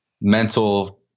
mental